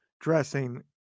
dressing